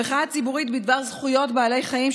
המחאה הציבורית בדבר זכויות בעלי חיים,